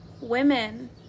women